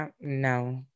No